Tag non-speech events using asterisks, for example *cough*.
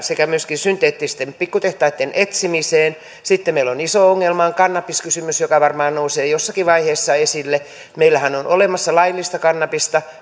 sekä myöskin synteettisiä huumeita valmistavien pikkutehtaitten etsimiseen sitten meillä iso ongelma on kannabiskysymys joka varmaan nousee jossakin vaiheessa esille meillähän on olemassa laillista kannabista *unintelligible*